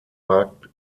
markt